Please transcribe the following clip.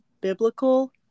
biblical